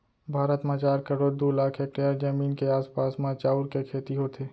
भारत म चार करोड़ दू लाख हेक्टेयर जमीन के आसपास म चाँउर के खेती होथे